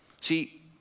See